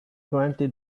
twenty